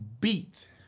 beat